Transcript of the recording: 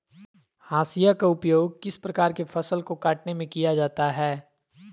हाशिया का उपयोग किस प्रकार के फसल को कटने में किया जाता है?